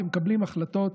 ומקבלים החלטות